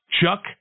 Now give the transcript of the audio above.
Chuck